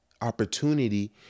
opportunity